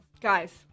Guys